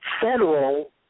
federal